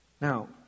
Now